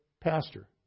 pastor